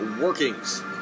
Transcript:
workings